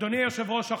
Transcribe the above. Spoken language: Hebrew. אדוני היושב-ראש,